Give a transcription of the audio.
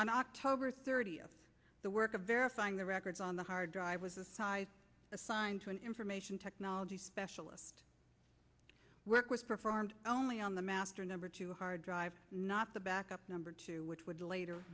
on october thirtieth the work of verifying the records on the hard drive was the size assigned to an information technology specialist work was performed only on the master number two hard drive not the backup number two which would later